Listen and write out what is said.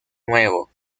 nuevo